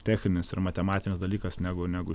techninis ir matematinis dalykas negu negu